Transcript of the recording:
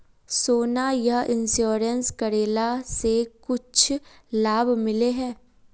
सोना यह इंश्योरेंस करेला से कुछ लाभ मिले है?